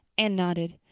anne nodded.